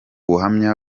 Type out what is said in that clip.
buhamya